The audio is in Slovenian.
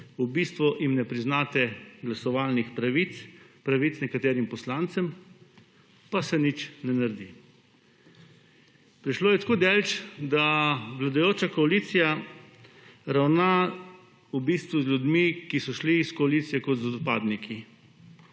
v bistvu jim ne priznate glasovalnih pravic, pravic nekaterim poslancem pa se nič ne naredi. Prišlo je tako daleč, da vladajoča koalicija ravna v bistvu z ljudmi, ki so šli iz koalicije kot z odpadniki